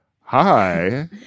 Hi